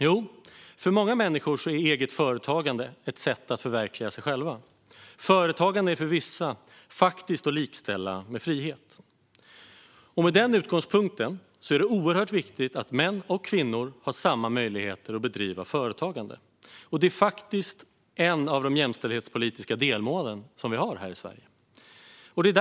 Jo, för många människor är eget företagande ett sätt att förverkliga sig själva. Företagande är för vissa att likställa med frihet. Med den utgångspunkten är det oerhört viktigt att män och kvinnor har samma möjlighet att bedriva företagande. Detta är faktiskt ett av de jämställdhetspolitiska delmål som vi i Sverige har.